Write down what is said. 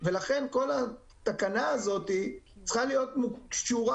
ולכן כל התקנה הזאת צריכה להיות קשורה